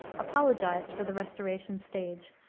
apologized for the restoration stage,